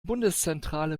bundeszentrale